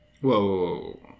Whoa